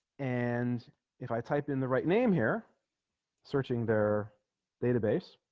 and if i type in the right name here searching their database